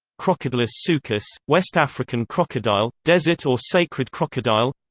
crocodylus suchus, west african crocodile, desert or sacred crocodile